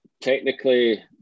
Technically